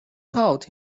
thought